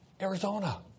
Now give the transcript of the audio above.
Arizona